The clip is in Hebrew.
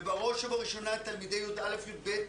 ובראש ובראשונה את תלמידי י"א-י"ב,